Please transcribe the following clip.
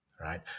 right